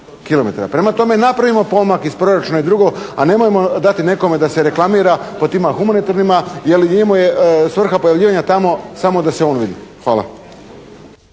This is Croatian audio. Prema tome napravimo pomak iz Proračuna i drugo, a nemojmo dati nekome da se reklamira po tima humanitarnima jer nije mu svrha pojavljivanja tamo samo da se on vidi. Hvala.